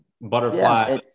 butterfly